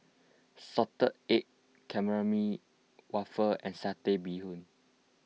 Salted Egg Calamari Waffle and Satay Bee Hoon